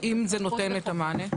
האם זה נותן את המענה?